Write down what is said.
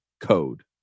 code